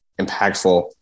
impactful